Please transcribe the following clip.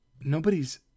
nobody's